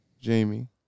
jamie